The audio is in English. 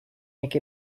make